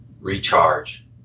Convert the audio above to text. recharge